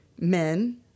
men